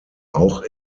auch